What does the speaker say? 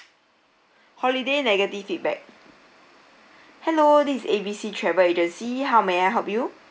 holiday negative feedback hello this A B C travel agency how may I help you